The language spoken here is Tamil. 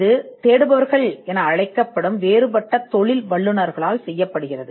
இது தேடுபவர்கள் எனப்படும் வேறுபட்ட தொழில் வல்லுநர்களால் செய்யப்படுகிறது